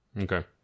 Okay